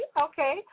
okay